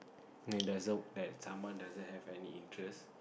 doesn't work that someone doesn't have any interest